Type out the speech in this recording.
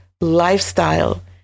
lifestyle